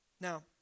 Now